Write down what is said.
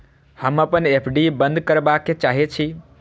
हम अपन एफ.डी बंद करबा के चाहे छी